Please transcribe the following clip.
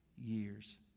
years